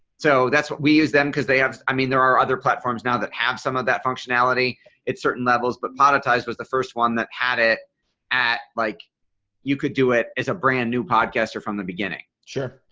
so that's what we use them because they have. i mean there are other platforms now that have some of that functionality at certain levels. but monetized was the first one that had it at like you could do it is a brand new podcast or from the beginning. sure,